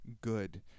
good